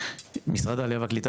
משרד העלייה והקליטה,